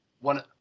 one